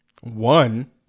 One